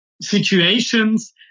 situations